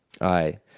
Aye